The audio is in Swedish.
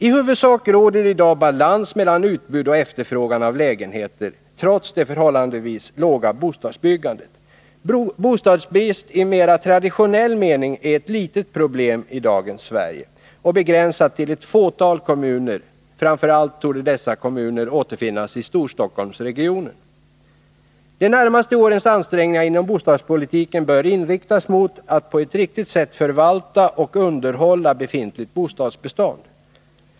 I huvudsak råder i dag balans mellan utbud och efterfrågan på lägenheter trots det förhållandevis låga bostadsbyggandet. Bostadsbrist i mer traditionell mening är ett litet problem i dagens Sverige och begränsat till ett fåtal kommuner. Framför allt torde dessa kommuner återfinnas i Stockholmsregionen. De närmaste årens ansträngningar inom bostadspolitiken bör inriktas mot att på ett riktigt sätt förvalta och underhålla befintligt bostadsbestånd.